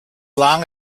long